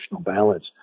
balance